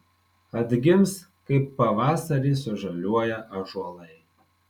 atgims kaip pavasarį sužaliuoja ąžuolai